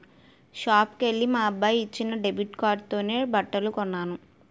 షాపుకెల్లి మా అబ్బాయి ఇచ్చిన డెబిట్ కార్డుతోనే బట్టలు కొన్నాను